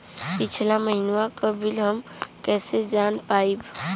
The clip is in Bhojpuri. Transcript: पिछला महिनवा क बिल हम कईसे जान पाइब?